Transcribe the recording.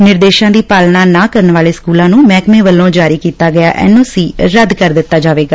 ਨਿਰਦੇਸ਼ਾਂ ਦੀ ਪਾਲਣਾ ਨਾ ਕਰਣ ਵਾਲੇ ਸਕੂਲਾਂ ਨੂੰ ਮਹਿਕਮੇ ਵੱਲੋਂ ਜਾਰੀ ਕੀਤਾ ਗਿਆ ਐਨਓਸੀ ਰੱਦ ਕਰ ਦਿੱਤਾ ਜਾਵੇਗਾ